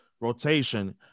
rotation